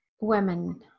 women